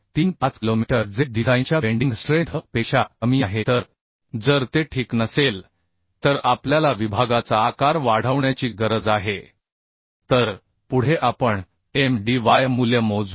35 kilometre जे डिझाइनच्या bending strength पेक्षा कमी आहे तर जर ते ठीक नसेल तर आपल्याला विभागाचा आकार वाढवण्याची गरज आहे तर पुढे आपण Mdy मूल्य मोजू